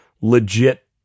legit